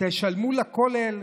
שלמו לכולל,